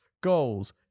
goals